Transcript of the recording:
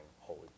holy